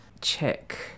check